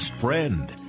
friend